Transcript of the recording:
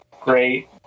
great